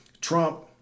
Trump